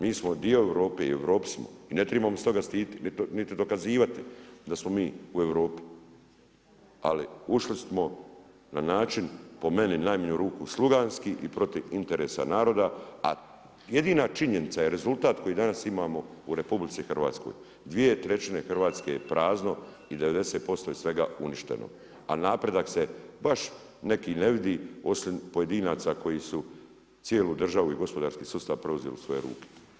Mi smo dio Europe i u Europi smo i ne trebamo se toga stiditi niti dokazivati da smo mi u Europi, ali ušli smo na način po meni u najmanju ruku sluganski i protiv interesa naroda, a jedina činjenica je rezultat koji danas imamo u RH, dvije trećine Hrvatske je prazno i 90% svega je uništeno, a napredak se baš neki ne vidi osim pojedinaca koji su cijelu državu i gospodarski sustav preuzeli u svoje ruke.